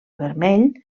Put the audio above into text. vermell